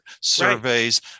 surveys